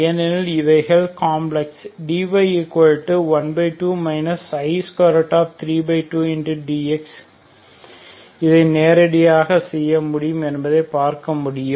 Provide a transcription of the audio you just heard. ஏனெனில் இவைகள் complex dy12 i32dx இதை நேரடியாக செய்ய முடியும் என்பதை பார்க்க முடியும்